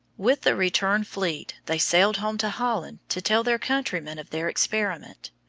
with the return fleet they sailed home to holland to tell their countrymen of their experiment.